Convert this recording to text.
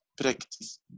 practice